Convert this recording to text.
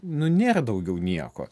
nu nėra daugiau nieko